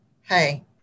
hey